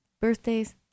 Birthdays